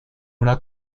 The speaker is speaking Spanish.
una